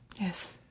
Yes